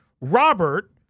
Robert